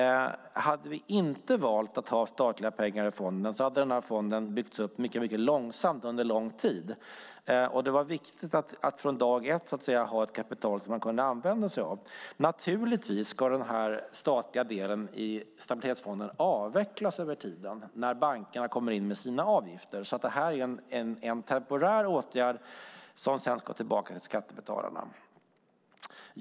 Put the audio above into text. Hade vi inte valt att ha statliga pengar i fonden hade den byggts upp långsamt under lång tid. Det var viktigt att från dag ett ha ett kapital som man kunde använda sig av. Den statliga delen i Stabilitetsfonden ska avvecklas när bankerna kommer in med sina avgifter. Det är en temporär åtgärd som ska tillbaka till skattebetalarna.